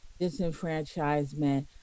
disenfranchisement